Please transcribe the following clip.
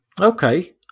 okay